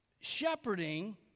shepherding